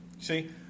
See